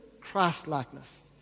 Christ-likeness